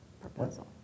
proposal